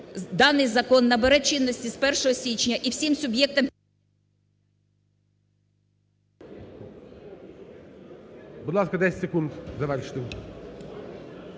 даний закон набере чинності з 1 січня і всім суб'єктам…